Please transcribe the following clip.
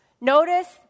Notice